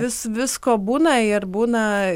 vis visko būna ir būna